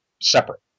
separate